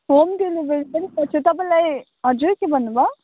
home delivery नि गर्छु तपाईँलाई हजुर के भन्नुभयो